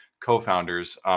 co-founders